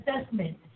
assessment